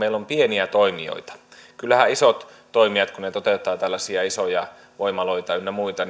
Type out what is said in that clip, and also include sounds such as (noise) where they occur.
meillä on pieniä toimijoita kyllähän isoilla toimijoilla kun ne toteuttavat tällaisia isoja voimaloita ynnä muita (unintelligible)